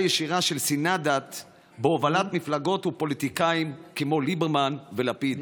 ישירה של שנאת דת בהובלת מפלגות ופוליטיקאים כמו ליברמן ולפיד.